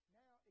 now